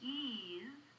ease